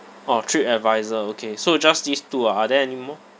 orh TripAdvisor okay so just these two ah are there anymore